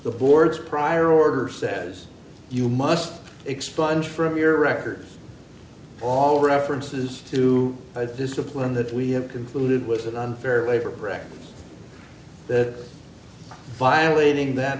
the board's prior order says you must expunged from your record all references to discipline that we have concluded was an unfair labor practice that violating that